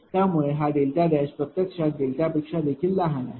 त्यामुळे हा प्रत्यक्षात या पेक्षा देखील लहान आहे